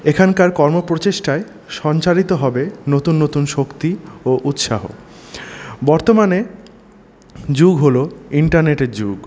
এখানকার কর্ম প্রচেষ্টায় সঞ্চারিত হবে নতুন নতুন শক্তি ও উৎসাহ বর্তমানের যুগ হলো ইন্টারনেটের যুগ